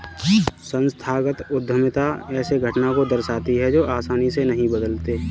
संस्थागत उद्यमिता ऐसे घटना को दर्शाती है जो आसानी से नहीं बदलते